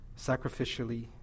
sacrificially